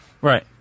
Right